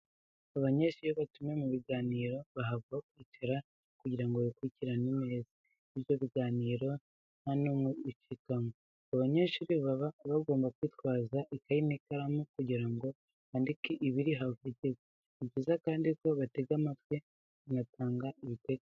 Abanyeshuri iyo batumiwe mu biganiro bahabwa aho kwicara kugira ngo bakurikirane neza ibyo biganiro nta n'umwe ucikanwe. Abo banyeshuri baba bagomba kwitwaza ikayi n'ikaramu kugira ngo bandike ibiri buhavugirwe. Ni byiza kandi ko batega amatwi bakanatanga ibitekerezo.